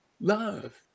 love